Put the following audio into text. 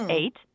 eight